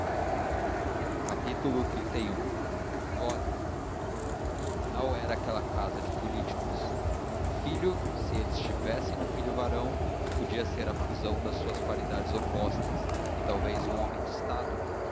com força xxxi flora tal era aquele casal de políticos um filho se eles tivessem um filho varão podia ser a fusão das suas qualidades opostas e talvez um homem de estado